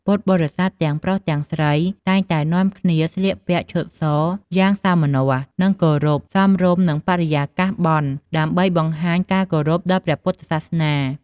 ពុទ្ធបរិស័ទទាំងប្រុសទាំងស្រី តែងតែនាំគ្នាស្លៀកពាក់ឈុតសយ៉ាងសោមនស្ស និងគោរព សមរម្យនឹងបរិយាកាសបុណ្យ ដើម្បីបង្ហាញការគោរពដល់ព្រះសាសនា។